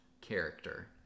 character